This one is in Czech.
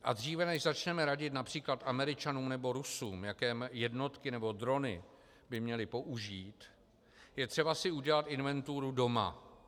A dříve než začneme radit například Američanům nebo Rusům, jaké jednotky nebo drony by měli použít, je třeba si udělat inventuru doma.